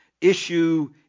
issue